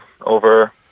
over